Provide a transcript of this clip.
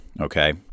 Okay